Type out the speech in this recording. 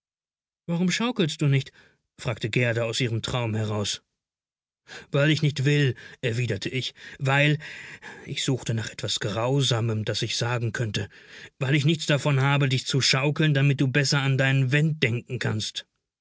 warum schaukelst du nicht fragte gerda aus ihrem traum heraus weil ich nicht will erwiderte ich weil ich suchte nach etwas grausamem das ich sagen könnte weil ich nichts davon habe dich zu schaukeln damit du besser an deinen went denken kannst